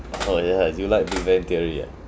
orh yes you like big bang theory ah